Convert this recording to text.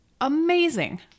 amazing